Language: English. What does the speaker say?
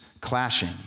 clashing